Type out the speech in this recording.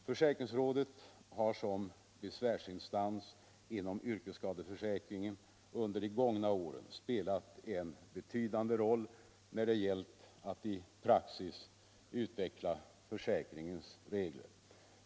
Försäkringsrådet har som besvärsinstans inom yrkesskadeförsäkringen under de gångna åren spelat en betydande roll när det gällt att i praxis utveckla försäkringens regler.